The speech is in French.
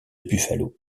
buffalo